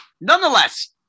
nonetheless